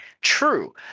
True